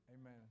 amen